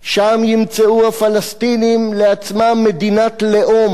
שם ימצאו הפלסטינים לעצמם מדינת לאום,